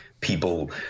people